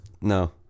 No